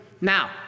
Now